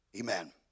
Amen